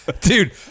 Dude